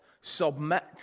submit